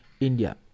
india